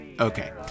Okay